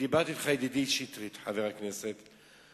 ודיברתי אתך, ידידי חבר הכנסת שטרית.